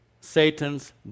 Satan's